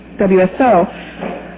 WSO